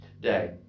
day